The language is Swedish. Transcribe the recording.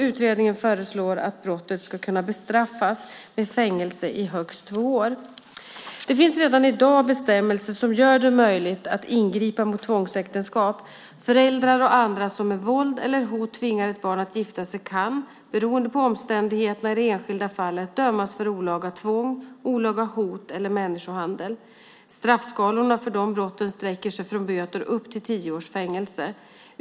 Utredningen föreslår att brottet ska kunna bestraffas med fängelse i högst två år. Det finns redan i dag bestämmelser som gör det möjligt att ingripa mot tvångsäktenskap. Föräldrar och andra som med våld eller hot tvingar ett barn att gifta sig kan, beroende på omständigheterna i det enskilda fallet, dömas för olaga tvång, olaga hot eller människohandel. Straffskalorna för dessa brott sträcker sig från böter upp till tio års fängelse.